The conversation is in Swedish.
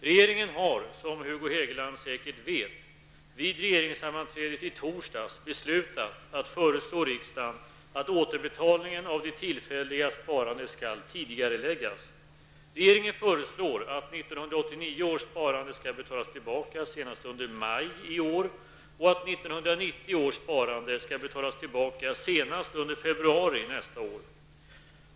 Regeringen har, som Hugo Hegeland säkert vet, vid regeringssammanträdet i torsdags beslutat att föreslå riksdagen att återbetalningen av det tillfälliga sparandet skall tidigareläggas. Regeringen föreslår att 1989 års sparande skall betalas tillbaka senast under maj i år och att 1990 års sparande skall betalas tillbaka senast under februari nästa år.